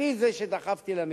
אני זה שדחף למיגון.